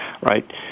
right